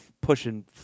pushing